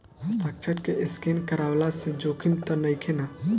हस्ताक्षर के स्केन करवला से जोखिम त नइखे न?